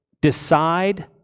decide